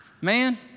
Man